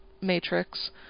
matrix